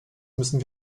müssen